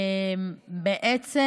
בעצם,